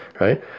right